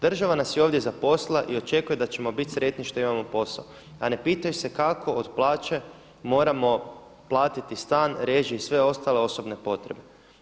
Država nas je ovdje zaposlila i očekuje da ćemo biti sretni što ćemo imati posao, a ne pitaju se kako od plaće moramo platiti sta, režije i sve otale osobne potrebe.